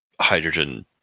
hydrogen